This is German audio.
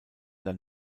dann